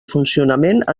funcionament